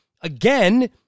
again